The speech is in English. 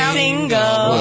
single